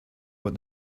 what